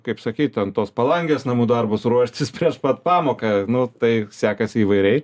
kaip sakei ten tos palangės namų darbus ruoštis prieš pat pamoką nu tai sekasi įvairiai